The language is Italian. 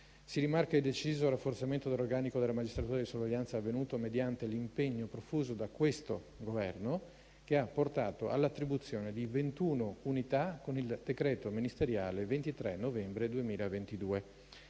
Si rimarca il deciso rafforzamento dell'organico della magistratura di sorveglianza avvenuto mediante l'impegno profuso da questo Governo, che ha portato all'attribuzione di 21 unità con il decreto ministeriale 23 novembre 2022.